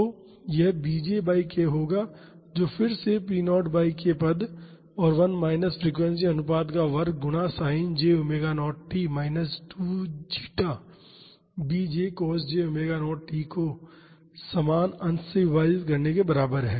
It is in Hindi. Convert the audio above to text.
तो यह bj बाई k होगा जो फिर से p0 बाई k पद और 1 माइनस फ़्रीक्वेंसी अनुपात का वर्ग गुणा sin j ⍵0 t minus 2 zeta bj cos j ⍵0 t को समान अंश से विभाजित करने के बराबर है